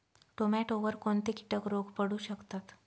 टोमॅटोवर कोणते किटक रोग पडू शकतात?